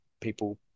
people